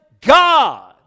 God